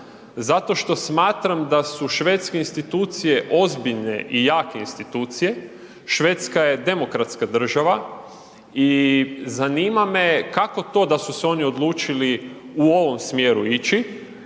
zato što smatram da su švedske institucije ozbiljne i jake institucije. Švedska je demokratska država i zanima me kako to da su se oni odlučili u ovom smjeru ići,